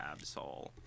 Absol